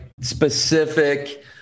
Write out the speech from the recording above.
specific